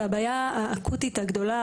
והבעיה האקוטית הגדולה,